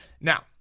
Now-